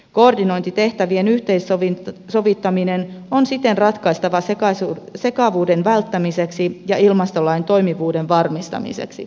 koordinointitehtävien yhteensovittaminen on siten ratkaistava sekavuuden välttämiseksi ja ilmastolain toimivuuden varmistamiseksi